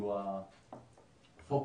יהיו הפוקוס.